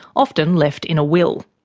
often left in a will.